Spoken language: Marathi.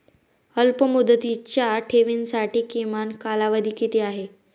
अल्पमुदतीच्या ठेवींसाठी किमान कालावधी किती आहे?